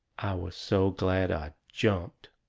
was so glad i jumped.